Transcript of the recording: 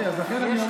אוקיי, לכן אני אומר.